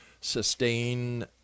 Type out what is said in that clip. sustain